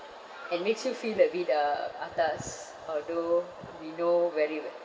and makes you feel a bit uh atas although we know very well